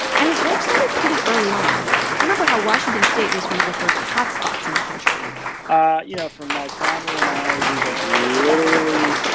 and his work started pretty early on remember how washington state was one of the first hot spots in the country ah you know, for my family and i, we have literally